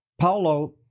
Paulo